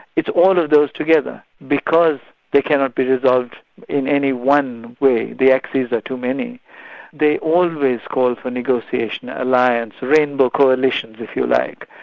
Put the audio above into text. it's all of those together. because they cannot be resolved in any one way the axes are too many they always called for negotiation, alliance, rainbow coalitions if you like,